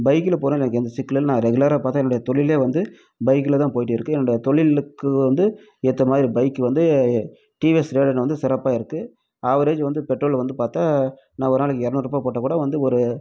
பைக்கில் போகிறவங்களுக்கு வந்து சீக்கிரமாக ரெகுலராக பார்த்தா என்னுடைய தொழிலே வந்து பைக்கில் தான் போய்விட்டு வரது என்னோடய தொழிலுக்கு வந்து ஏற்ற மாதிரி பைக் வந்து டிவிஎஸ் ரேடான் வந்து சிறப்பாக இருக்குது ஆவ்ரேஜ் வந்து பெட்ரோலு வந்து பார்த்தா நான் ஒரு நாளைக்கு இரநூருபா போட்டால்கூட வந்து ஒரு